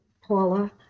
Paula